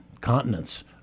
continents